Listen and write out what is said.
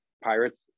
Pirates